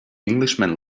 englishman